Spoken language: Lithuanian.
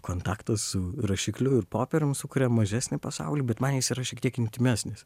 kontaktas su rašikliu ir popierium sukuria mažesnį pasaulį bet man jis yra šiek tiek intymesnis